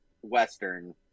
Western